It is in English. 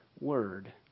word